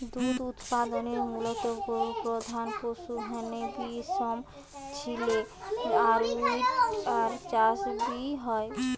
দুধ উতপাদনে মুলত গরু প্রধান পশু হ্যানে বি মশ, ছেলি আর উট এর চাষ বি হয়